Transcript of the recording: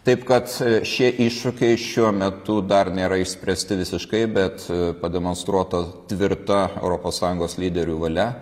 taip kad šie iššūkiai šiuo metu dar nėra išspręsti visiškai bet pademonstruota tvirta europos sąjungos lyderių valia